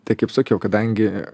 tai kaip sakiau kadangi